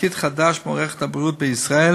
תפקיד חדש במערכת הבריאות בישראל